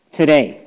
today